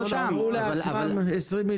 שמרו לעצמם 20 מיליון?